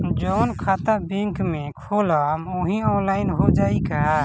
जवन खाता बैंक में खोलम वही आनलाइन हो जाई का?